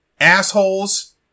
assholes